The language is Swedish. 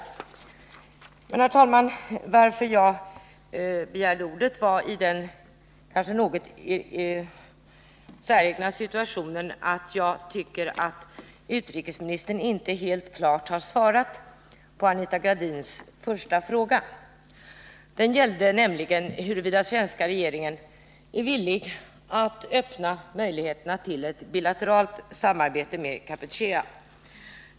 Anledningen till att jag begärde ordet är den kanske något säregna situationen att jag tycker att utrikesministern inte helt klart har svarat på Anita Gradins första fråga. Den gällde huruvida den svenska regeringen är villig att öppna möjligheterna till ett bilateralt samarbete med Kampuchea.